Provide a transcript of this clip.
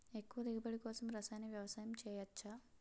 ఎక్కువ దిగుబడి కోసం రసాయన వ్యవసాయం చేయచ్చ?